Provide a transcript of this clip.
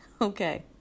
okay